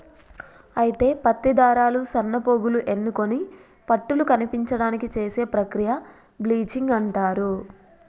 అయితే పత్తి దారాలు సన్నపోగులు ఎన్నుకొని పట్టుల కనిపించడానికి చేసే ప్రక్రియ బ్లీచింగ్ అంటారు